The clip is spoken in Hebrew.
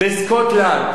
בסקוטלנד,